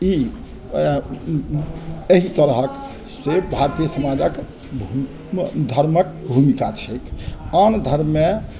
ई एहि तरहके से भारतीय समाजके धर्मके भूमिका छै आन धर्ममे